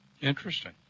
Interesting